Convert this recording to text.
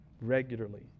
regularly